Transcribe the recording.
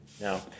Now